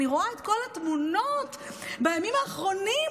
אני רואה כל התמונות בימים האחרונים,